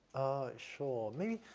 ah, sure. maybe,